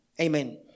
Amen